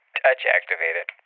touch-activated